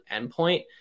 endpoint